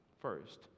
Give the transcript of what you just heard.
first